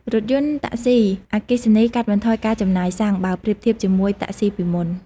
រថយន្ត តាក់សុី អគ្គិសនីកាត់បន្ថយការចំណាយសាំង បើប្រៀបធៀបជាមួយ តាក់សុីពីមុន។